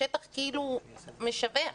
השטח משווע.